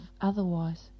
otherwise